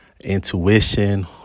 intuition